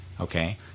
okay